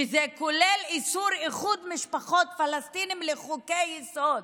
שכוללים איסור איחוד משפחות פלסטינים, לחוקי-יסוד,